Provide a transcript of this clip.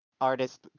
artist